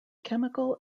chemical